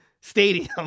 stadium